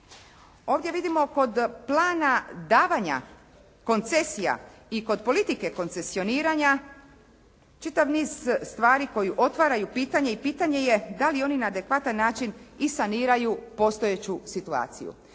Ovdje vidimo kod plana davanja koncesija i kod politike koncesioniranja čitav niz stvari koji otvaraju pitanje i pitanje je da li oni na adekvatan način i saniraju postojeću situaciju.